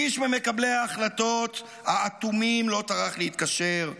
איש ממקבלי ההחלטות האטומים לא טרח להתקשר,